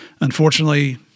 Unfortunately